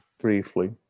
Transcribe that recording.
briefly